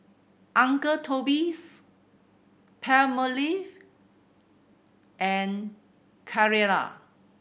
Uncle Toby's Palmolive and Carrera